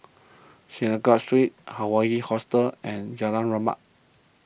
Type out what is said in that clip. Synagogue Street Hawaii Hostel and Jalan Rahmat